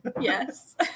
Yes